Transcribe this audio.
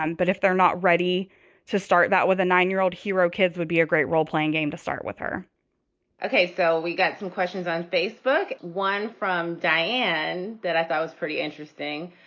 um but if they're not ready to start that with a nine year old hero, kids would be a great role playing game to start with her okay, so we got some questions on facebook, one from diane that i thought was pretty interesting.